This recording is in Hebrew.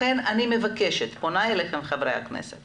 לכן אני פונה אליכם חברי הכנסת